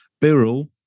Birrell